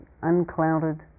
unclouded